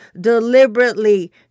deliberately